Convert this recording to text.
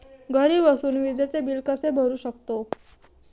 घरी बसून विजेचे बिल कसे भरू शकतो?